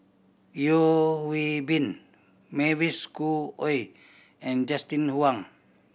Yeo Hwee Bin Mavis Schhoo Oei and Justin Wang